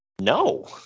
No